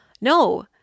No